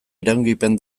iraungipen